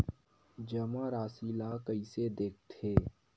जमा राशि ला कइसे देखथे?